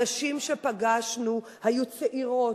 הנשים שפגשנו היו צעירות,